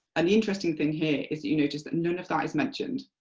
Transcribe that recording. and interesting thing here is you notice that none of that is mentioned,